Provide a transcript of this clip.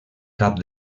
cap